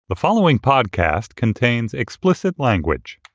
the following podcast contains explicit language